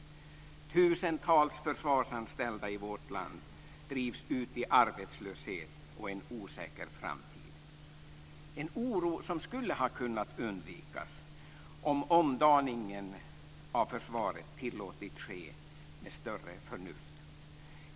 Tusentals försvarsanställda i vårt land drivs ut i arbetslöshet och en osäker framtid. Det är en oro som skulle ha kunnat undvikas om omdaningen av försvaret tillåtits ske med större förnuft.